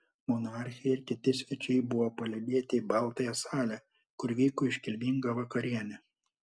monarchė ir kiti svečiai buvo palydėti į baltąją salę kur vyko iškilminga vakarienė